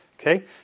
Okay